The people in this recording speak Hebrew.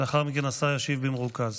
לאחר מכן השר ישיב במרוכז.